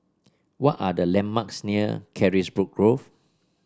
what are the landmarks near Carisbrooke Grove